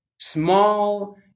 small